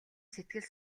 сэтгэл